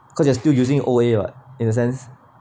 cause you are still using O_A [what] in a sense